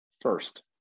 first